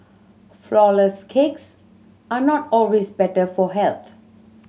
flourless cakes are not always better for health